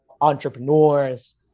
entrepreneurs